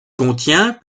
contient